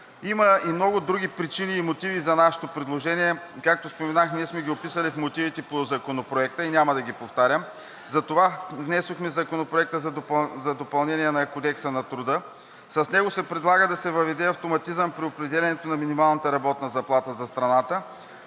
Има и много други причини и мотиви за нашето предложение. Както споменах, ние сме ги описали в мотивите по Законопроекта и няма да ги повтарям. Затова внесохме Законопроекта за допълнение на Кодекса на труда. С него се предлага да се въведе автоматизъм при определянето на минималната работна заплата за страната